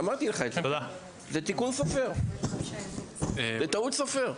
אמרתי לך, זה תיקון טעות סופר.